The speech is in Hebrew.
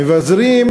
מבזרים